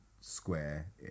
square